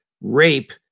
Rape